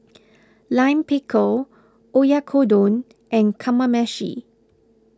Lime Pickle Oyakodon and Kamameshi